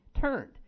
turned